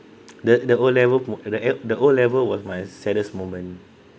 the the O level the at the O level was my saddest moment